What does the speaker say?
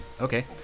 Okay